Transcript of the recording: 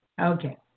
Okay